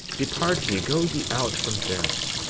depart ye, go ye out from thence,